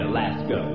Alaska